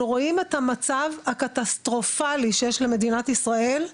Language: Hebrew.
רואים את המצב הקטסטרופלי שיש למדינת ישראל,